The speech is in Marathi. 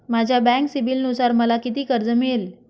माझ्या बँक सिबिलनुसार मला किती कर्ज मिळेल?